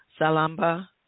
Salamba